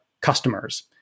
customers